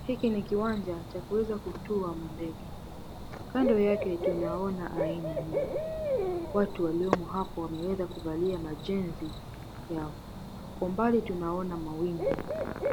Hiki ni kiwanja cha kuweza kutua mandege. Kando yake tunaona aina mingi. Watu waliomo hapo wameweza kuvalia majezi yao. Kwa mbali tunaona mawingu,